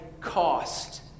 cost